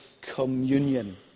communion